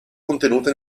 contenuta